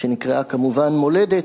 שנקראה כמובן מולדת: